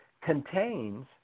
contains